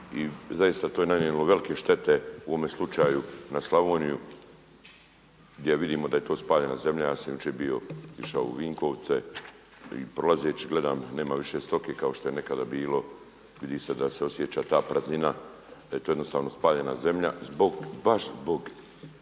i zaista to je nanijelo velike štete u ovome slučaju na Slavoniju gdje vidimo da je to spaljena zemlja. Ja sam jučer bio išao u Vinkovce i prolazeći gledam nema više stoke kao što je nekada bilo, vidi se da se osjeća ta praznina, da je to jednostavno spaljena zemlja baš zbog